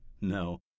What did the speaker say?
No